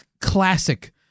classic